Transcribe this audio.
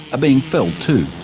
ah being felled too.